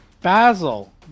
Basil